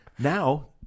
Now